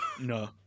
No